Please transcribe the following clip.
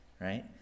right